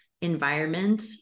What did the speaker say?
environment